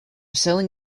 selling